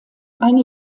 eine